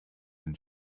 and